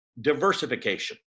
diversification